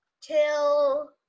till –